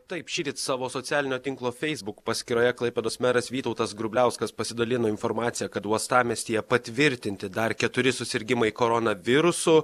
taip šįryt savo socialinio tinklo facebook paskyroje klaipėdos meras vytautas grubliauskas pasidalino informacija kad uostamiestyje patvirtinti dar keturi susirgimai koronavirusu